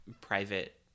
private